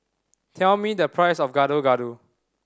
tell me the price of Gado Gado